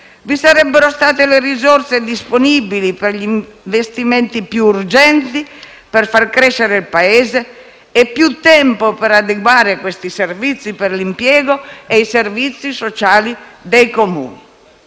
vi sarebbero state le risorse disponibili per gli investimenti più urgenti, per far crescere il Paese e più tempo per adeguare i servizi per l'impiego e i servizi sociali dei Comuni.